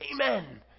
amen